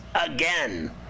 again